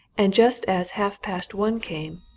and just as half-past one came,